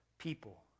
People